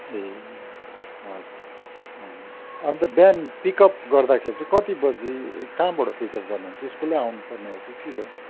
ए हजुर हजुर अन्त बिहान पिकअप गर्दाखेरि चाहिँ कति बजी कहाँबाट पिकअप गर्नुहुन्छ स्कुलै आउनु पर्ने हो कि के ग